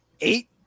eight